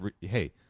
hey –